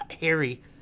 Harry